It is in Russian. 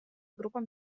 группам